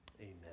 Amen